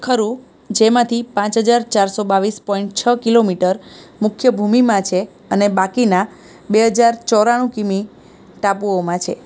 ખરું જેમાંથી પાંચ હજાર ચારસો બાવીસ પોઈન્ટ છ કિલોમીટર મુખ્ય ભૂમિમાં છે અને બાકીના બે હજાર ચોરાણું કિમી ટાપુઓમાં છે